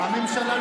המפעל הציוני.